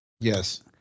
Yes